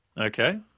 Okay